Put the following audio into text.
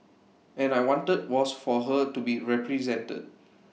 and I wanted was for her to be represented